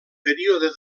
període